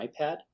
iPad